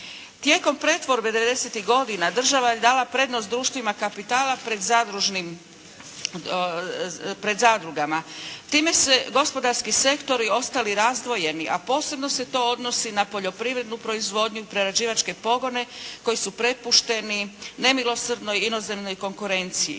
Tijekom pretvorbe 90-tih godina država je dala prednost društvima kapitala pred zadrugama. Time se gospodarski sektori ostali razdvojeni, a posebno se to odnosi na poljoprivrednu proizvodnju, prerađivačke pogone koji su prepušteni nemilosrdnoj inozemnoj konkurenciji.